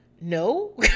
no